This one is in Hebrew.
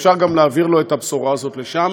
אפשר גם להעביר לו את הבשורה הזאת לשם: